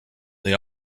they